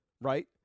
right